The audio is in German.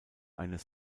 eines